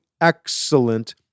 excellent